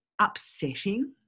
upsetting